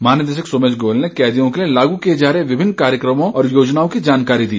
महानिदेशक सोमेश गोयल ने कैदियों के लिए कार्यान्वित किए जा रहे विभिन्न कार्यक्रमों और योजनाओं की जानकारी दी